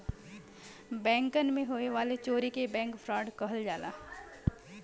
बैंकन मे होए वाले चोरी के बैंक फ्राड कहल जाला